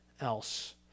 else